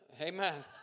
Amen